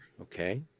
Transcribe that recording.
Okay